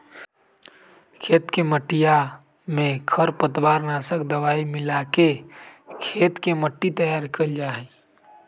खेत के मटिया में खरपतवार नाशक दवाई मिलाके खेत के मट्टी तैयार कइल जाहई